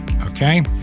okay